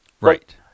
Right